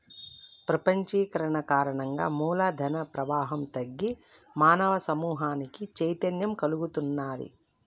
ప్రపంచీకరణ కారణంగా మూల ధన ప్రవాహం తగ్గి మానవ సమూహానికి చైతన్యం కల్గుతున్నాది